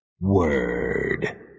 Word